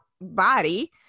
body